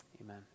Amen